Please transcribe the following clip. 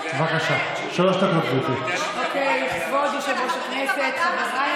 תרשה לי להסב את תשומת ליבך לכך שהעובדה שהגענו